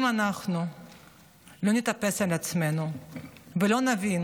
אם אנחנו לא נתאפס על עצמנו ולא נבין